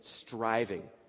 striving